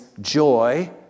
joy